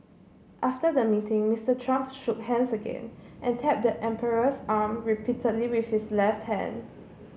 after the meeting Mister Trump shook hands again and tapped the emperor's arm repeatedly with his left hand